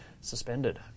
suspended